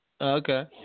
Okay